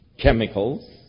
chemicals